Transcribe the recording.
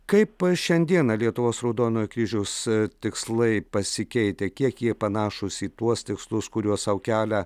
kaip šiandieną lietuvos raudonojo kryžiaus tikslai pasikeitę kiek jie panašūs į tuos tikslus kuriuos sau kelia